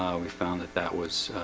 we found that that was